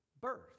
birth